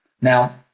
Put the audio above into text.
Now